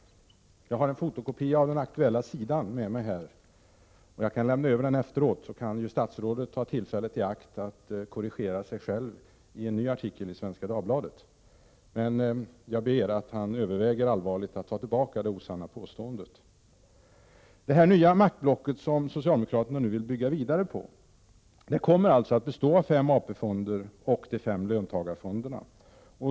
Jag har en fotokopia av den aktuella sidan med mig, som jag kan lämna över till statsrådet efteråt, så att han kan ta tillfället i akt att korrigera sig själv i en ny artikeli Svenska Dagbladet. Jag ber alltså att statsrådet allvarligt överväger att ta tillbaka detta osanna påstående. Detta nya maktblock som socialdemokraterna nu vill bygga vidare på kommer alltså bestå av fem AP-fonder och de fem löntagarfonderna.